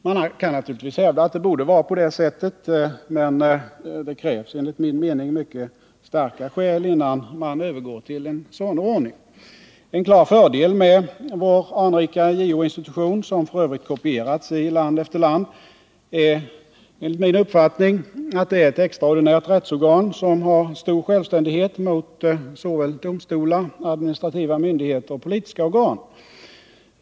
Man kan naturligtvis hävda att det borde vara på det sättet, men det krävs enligt min mening mycket starka skäl för att övergå till en sådan ordning. En klar fördel med vår anrika JO-institution — som f. ö. kopierats i land efter land — är enligt min mening att den är ett extraordinärt rättsorgan, som harstor självständighet mot såväl domstolar och administrativa myndigheter som politiska organ.